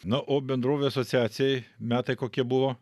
na o bendrovių asociacijai metai kokie buvo